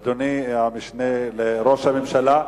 אדוני המשנה לראש הממשלה.